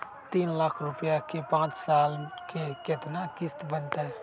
तीन लाख रुपया के पाँच साल के केतना किस्त बनतै?